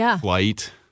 flight